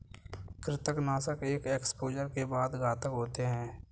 कृंतकनाशक एक एक्सपोजर के बाद घातक होते हैं